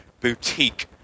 boutique